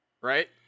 Right